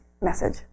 message